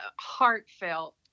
heartfelt